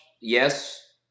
yes